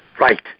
Right